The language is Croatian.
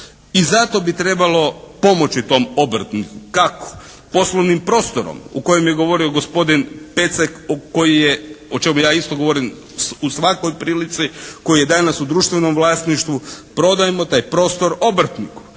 I zato bi trebalo pomoći tom obrtniku. Kako? Poslovnim prostorom o kojem je govorio gospodin Pecek koji je, o čemu ja isto govorim u svakoj prilici, koji je danas u društvenom vlasništvu. Prodajmo taj prostor obrtniku.